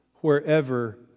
wherever